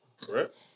correct